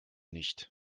nicht